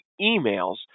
emails